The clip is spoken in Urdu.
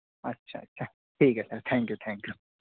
اچھا اچھا ٹھیک ہے sir thank you thank you